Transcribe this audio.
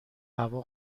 هوا